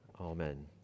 Amen